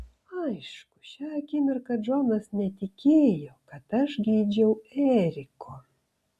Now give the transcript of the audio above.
aišku šią akimirką džonas netikėjo kad aš geidžiau eriko